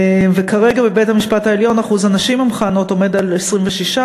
וכרגע בבית-המשפט העליון אחוז הנשים המכהנות עומד על 26%,